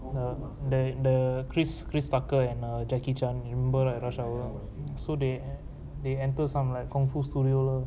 the the the chris chris tucker and err jackie chan remember right rush hour so they they enter some like kung fu studio lor